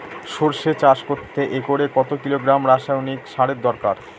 সরষে চাষ করতে একরে কত কিলোগ্রাম রাসায়নি সারের দরকার?